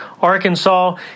Arkansas